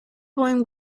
blowing